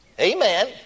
Amen